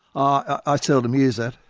i seldom use that.